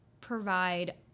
provide